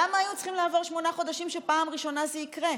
למה היינו צריכים לעבור שמונה חודשים כדי שפעם ראשונה זה יקרה?